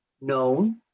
known